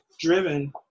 driven